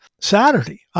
Saturday